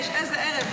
יש, איזה ערב.